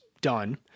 done